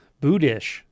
Buddhist